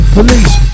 Police